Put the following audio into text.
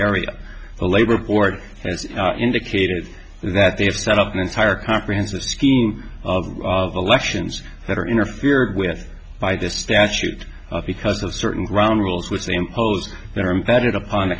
area the labor board has indicated that they have set up an entire comprehensive scheme of elections that are interfered with by this statute because of certain ground rules which they impose their impacted upon the